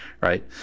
right